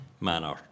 manner